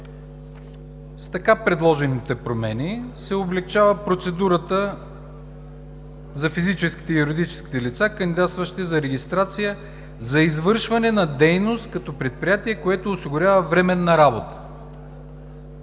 С така предложените промени се облекчава процедурата за физическите и юридическите лица, кандидатстващи за регистрация за извършване на дейност като предприятие, което осигурява временна работа.